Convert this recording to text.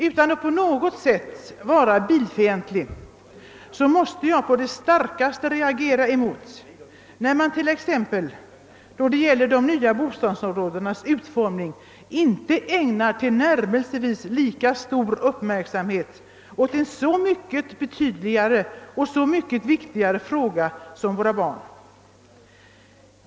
Utan att på något sätt vara bilfientlig måste jag på det starkaste reagera mot att man när det gäller de nya bostadsområdenas utformning inte ägnar tillnärmelsevis lika stor uppmärksamhet åt en så mycket betydelsefullare och viktigare fråga som tillsynen av våra barn.